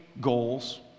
goals